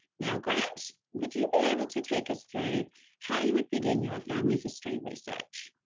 now grant, would you be able to take us through how you would begin your family history research?